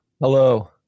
Hello